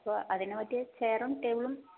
ഇപ്പോൾ അതിനു പറ്റിയ ചെയറും ടേബിളും